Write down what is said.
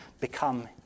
become